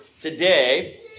today